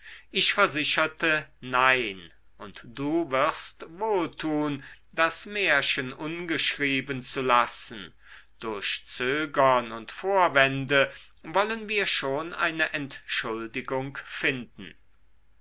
ich versicherte nein und du wirst wohl tun das märchen ungeschrieben zu lassen durch zögern und vorwände wollen wir schon eine entschuldigung finden